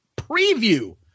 preview